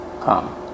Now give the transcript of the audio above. come